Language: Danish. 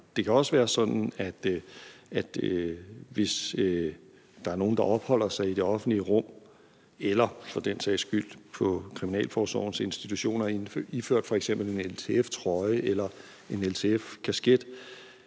Det kan også være sådan, at hvis der er nogen, der opholder sig i det offentlige rum eller for den sags skyld på kriminalforsorgens institutioner iført f.eks. en LTF-trøje eller en LTF-kasket,